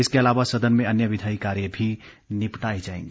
इसके अलावा सदन में अन्य विधायी कार्य भी निपटाए जाएंगे